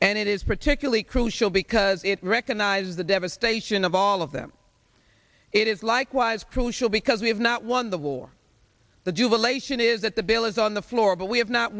and it is particularly crucial because it recognizes the devastation of all of them it is likewise crucial because we have not won the war the jubilation is that the bill is on the floor but we have not